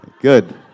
good